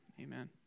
Amen